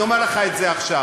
אני אומר לך את זה עכשיו.